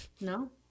No